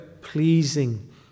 pleasing